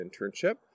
internship